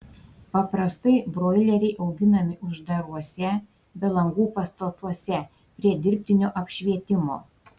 paprastai broileriai auginami uždaruose be langų pastatuose prie dirbtinio apšvietimo